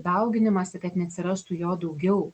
dauginimąsi kad neatsirastų jo daugiau